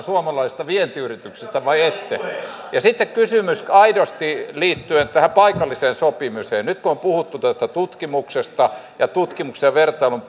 suomalaisista vientiyrityksistä vai ette sitten kysymys aidosti liittyen paikalliseen sopimiseen nyt kun on puhuttu tutkimuksesta ja tutkimuksen vertailun